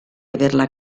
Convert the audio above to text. averla